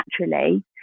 naturally